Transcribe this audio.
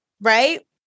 Right